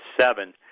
seven